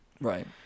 Right